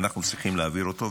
אנחנו צריכים להעביר אותו,